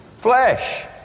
flesh